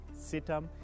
SITAM